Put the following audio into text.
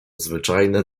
zwyczajne